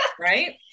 Right